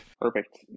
Perfect